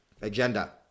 agenda